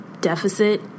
deficit